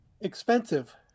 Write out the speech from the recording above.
expensive